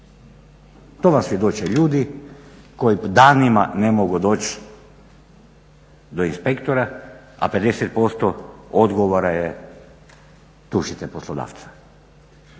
To vam svjedoče ljudi koji danima ne mogu doći do inspektora, a 50% odgovora je tužite poslodavca.